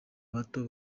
bato